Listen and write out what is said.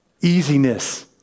easiness